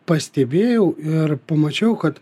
pastebėjau ir pamačiau kad